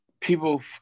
people